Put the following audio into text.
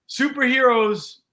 superheroes